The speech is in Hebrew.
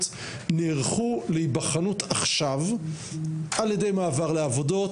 נערכו להיבחנות עכשיו על ידי מעבר לעבודות,